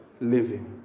living